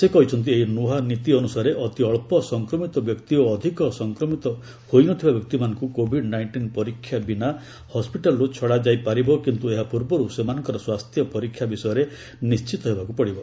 ସେ କହିଛନ୍ତି ଏହି ନ୍ନଆ ନୀତି ଅନୁସାରେ ଅତି ଅଳ୍ପ ସଂକ୍ରମିତ ବ୍ୟକ୍ତି ଓ ଅଧିକ ସଂକ୍ରମିତ ହୋଇନଥିବା ବ୍ୟକ୍ତିମାନଙ୍କୁ କୋଭିଡ୍ ନାଇଷ୍ଟିନ୍ ପରୀକ୍ଷା ବିନା ହସ୍କିଟାଲ୍ରୁ ଛଡ଼ାଯାଇ ପାରିବ କିନ୍ତୁ ଏହା ପୂର୍ବରୁ ସେମାନଙ୍କର ସ୍ୱାସ୍ଥ୍ୟ ପରୀକ୍ଷା ବିଷୟରେ ନିର୍ଣ୍ଣିତ ହେବାକୁ ପଡ଼ିବ